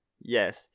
Yes